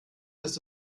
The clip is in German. ist